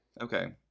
Okay